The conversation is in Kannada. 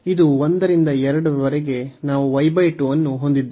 ಇದು 1 ರಿಂದ 2 ರವರೆಗೆ ನಾವು ಅನ್ನು ಹೊಂದಿದ್ದೇವೆ